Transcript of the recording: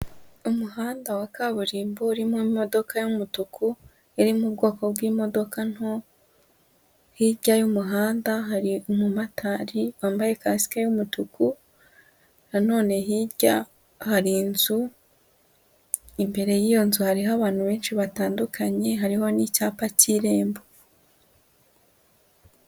Umuhanda wa kaburimbo urimo imodoka y'umutuku iri mu bwoko bw'imodoka nto, hirya y'umuhanda hari umumotari wambaye kasie y'umutuku, na none hirya hari inzu, imbere y'iyo nzu hariho abantu benshi batandukanye, harimo n'icyapa cy'irembo.